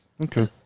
Okay